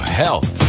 health